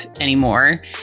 anymore